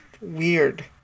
weird